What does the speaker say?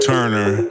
Turner